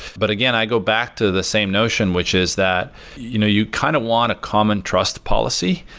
but again, i go back to the same notion, which is that you know you kind of want a common trust policy,